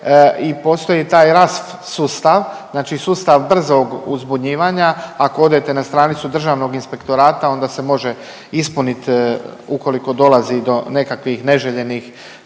i postoji taj RASFF sustav, znači sustav brzog uzbunjivanja. Ako odete na stranicu Državnog inspektorata onda se može ispunit ukoliko dolazi do nekakvih neželjenih